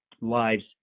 lives